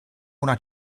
una